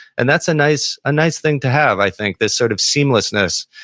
and that's a nice nice thing to have i think, this sort of seamlessness.